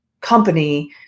company